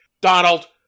Donald